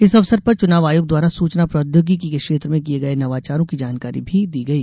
इस अवसर पर चुनाव आयोग द्वारा सूचना प्रौद्योगकी के क्षेत्र में किये गये नवाचारों की जानकारी भी दी गई